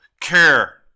care